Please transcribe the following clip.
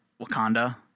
Wakanda